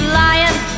lying